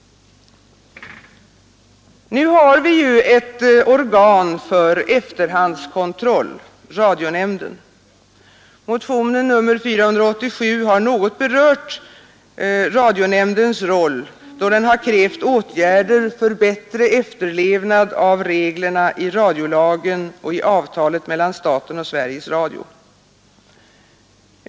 Nu har vi ju ett organ för efterhandskontroll, nämligen radionämnden. Motionen 487 har något berört radionämndens roll, då den krävt åtgärder för bättre efterlevnad av reglerna i radiolagen och i avtalet mellan staten och Sveriges Radio.